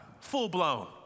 Full-blown